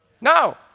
No